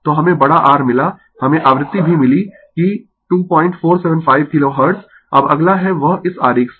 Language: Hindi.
तो हमें बड़ा R मिला हमें आवृति भी मिली कि 2475 किलो हर्ट्ज अब अगला है वह इस आरेख से